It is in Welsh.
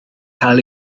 cael